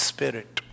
Spirit